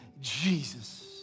Jesus